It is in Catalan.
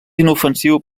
inofensiu